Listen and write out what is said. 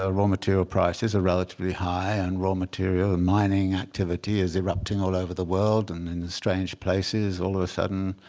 raw material prices are relatively high. and raw material mining activity is erupting all over the world. and in strange places, all of a sudden,